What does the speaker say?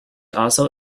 also